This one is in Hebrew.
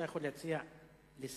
אתה יכול להציע לסדר-היום,